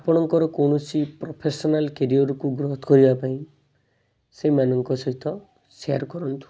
ଆପଣଙ୍କର କୌଣସି ପ୍ରୋଫେସନାଲ୍ କେରିୟର୍କୁ ଗ୍ରୋଥ୍ କରିବାପାଇଁ ସେମାନଙ୍କ ସହିତ ସେୟାର୍ କରନ୍ତୁ